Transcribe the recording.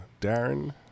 Darren